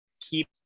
keep